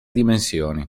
dimensioni